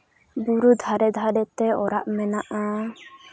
ᱵᱩᱨᱩ ᱫᱷᱟᱨᱮ ᱫᱷᱟᱨᱮ ᱛᱮ ᱚᱲᱟᱜ ᱢᱮᱱᱟᱜᱼᱟ